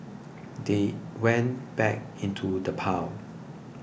they went back into the pile